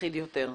מפחיד יותר.